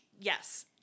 Yes